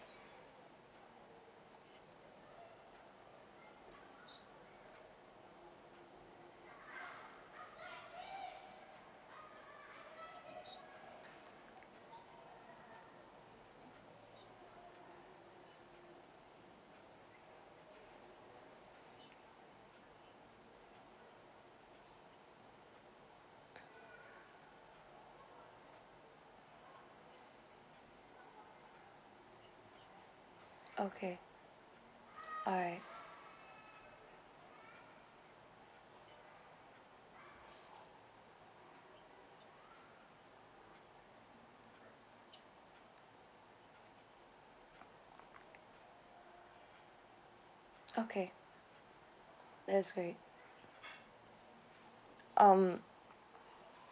okay alright okay that's great um